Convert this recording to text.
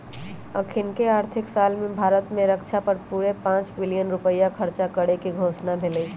अखनीके आर्थिक साल में भारत में रक्षा पर पूरे पांच बिलियन रुपइया खर्चा करेके घोषणा भेल हई